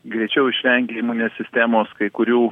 greičiau išvengia imuninės sistemos kai kurių